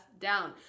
down